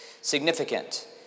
significant